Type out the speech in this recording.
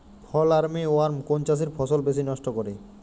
ফল armyworm কোন চাষের ফসল বেশি নষ্ট করে?